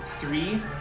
Three